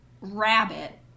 rabbit